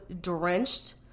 drenched